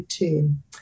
term